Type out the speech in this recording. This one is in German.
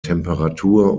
temperatur